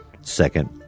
second